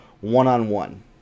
one-on-one